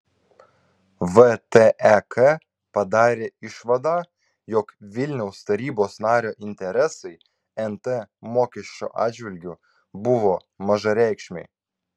vtek padarė išvadą jog vilniaus tarybos nario interesai nt mokesčio atžvilgiu buvo mažareikšmiai